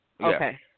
Okay